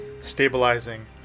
stabilizing